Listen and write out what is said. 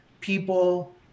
people